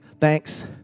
thanks